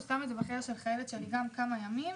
הוא שם את זה אצל חיילת שלי במשך כמה ימים.